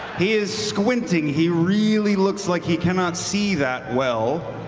he is squinting he really looks like he cannot see that well.